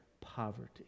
poverty